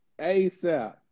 ASAP